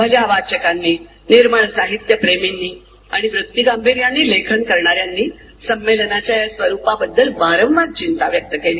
भल्या वाचकांनी निर्मळ साहित्य प्रेमींनी आणि व्यक्तीगांभीर्यांनं लेखन करणाऱ्यांनी संमेलनाच्या या स्वरुपाबद्दल वारंवार चिंता व्यक्त केली